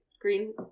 green